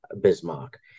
Bismarck